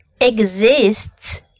exists